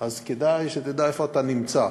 אז כדאי שתדע איפה אתה נמצא,